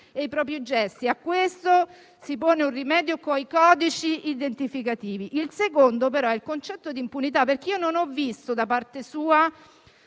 e i propri gesti; a questo si pone un rimedio con i codici identificativi. Il secondo è il concetto di impunità: non ho riscontrato, da parte sua,